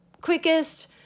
quickest